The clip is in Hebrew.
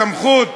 סמכות